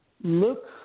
look